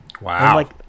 Wow